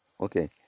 Okay